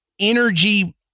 energy